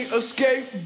escape